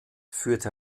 führte